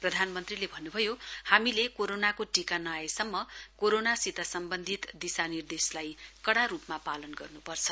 प्रधानमन्त्रीले भन्नुभयो हामीले कोरोनाको टीका नआएसम्म कोरोनासित सम्बन्धित दिशानिर्देशलाई कड़ा रूपमा पालन गर्नुपर्छ